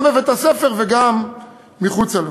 גם בבית-הספר וגם מחוץ לו.